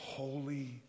Holy